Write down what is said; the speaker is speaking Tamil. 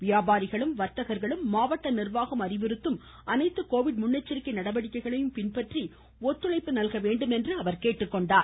வியாபாரிகளும் வர்த்தகர்களும் மாவட்ட நிர்வாகம் அறிவுறுத்தும் அனைத்து கோவிட் முன்னெச்சரிக்கை நடவடிக்கைகளை பின்பற்றி ஒத்துழைப்பு நல்க வேண்டும் என்று கேட்டுக்கொண்டார்